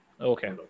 Okay